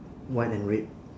white and red